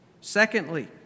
Secondly